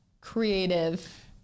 creative